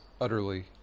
utterly